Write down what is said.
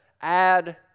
add